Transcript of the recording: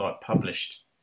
published